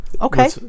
Okay